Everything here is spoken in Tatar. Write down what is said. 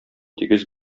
тигез